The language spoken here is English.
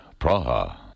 Praha